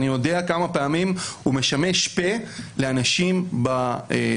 אני יודע כמה פעמים הוא משמש פה לאנשים בפסיכיאטריה,